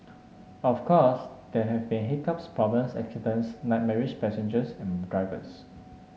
of course there have been hiccups problems accidents nightmarish passengers and drivers